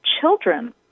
children